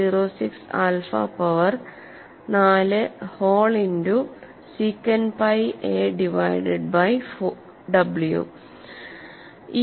06 alpha power നാല് whole into second pi a divided by w